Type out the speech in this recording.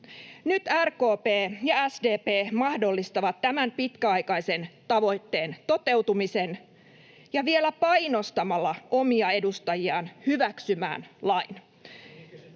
Nyt RKP ja SDP mahdollistavat tämän pitkäaikaisen tavoitteen toteutumisen ja vielä painostamalla omia edustajiaan hyväksymään lain.